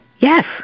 Yes